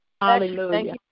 Hallelujah